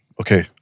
Okay